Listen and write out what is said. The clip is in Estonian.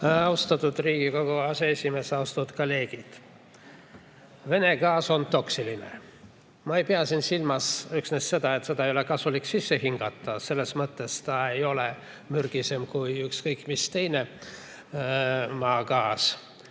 Austatud Riigikogu aseesimees! Austatud kolleegid! Vene gaas on toksiline. Ma ei pea silmas üksnes seda, et seda ei ole kasulik sisse hingata, selles mõttes ei ole ta mürgisem kui ükskõik milline teine maagaas,